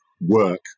work